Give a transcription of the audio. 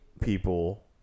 people